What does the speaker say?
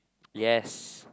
yes